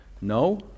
No